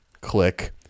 Click